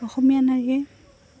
অসমীয়া নাৰীয়ে